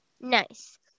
Nice